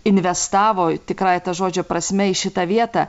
investavo tikrąja ta žodžio prasme į šitą vietą